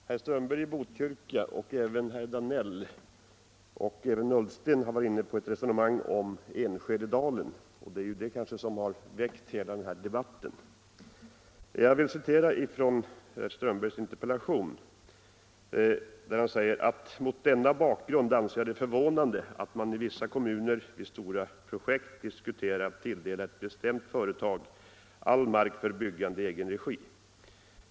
Herr talman! Herr Strömberg i Botkyrka har liksom herr Danell och även herr Ullsten varit inne på ett resonemang om Enskededalen; det är kanske det fallet som har föranlett hela den här debatten. Jag vill citera ur herr Strömbergs interpellation: ”Mot denna bakgrund anser jag det förvånande att man i vissa kommuner vid stora projekt diskuterat att tilldela ett bestämt företag all mark för byggande i egen regi.